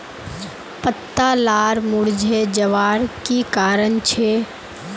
पत्ता लार मुरझे जवार की कारण छे?